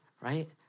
right